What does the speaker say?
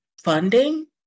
Funding